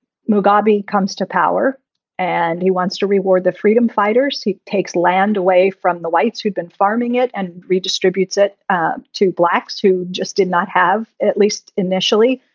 mugabe comes to power and he wants to reward the freedom fighters. he takes land away from the whites who've been farming it and redistributes it ah to blacks who just did not have, at least initially,